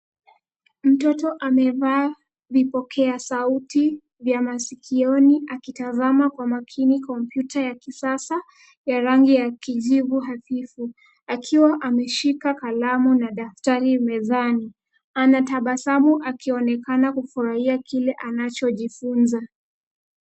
Mtototo amevaa vipokea sauti vya masikioni akitazama kwa makini kompyuta ya kisasa ya rangi ya kijivu hafifu akiwashika kalamu na daftari mezani anatabasamuakinekana kufurahia kile anachojifunza.